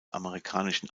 amerikanischen